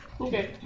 Okay